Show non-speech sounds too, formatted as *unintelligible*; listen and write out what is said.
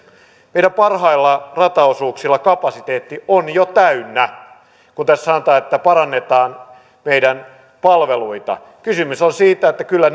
meidän parhailla rataosuuksilla kapasiteetti on jo täynnä kun tässä sanotaan että parannetaan meidän palveluita kysymys on siitä että kyllä *unintelligible*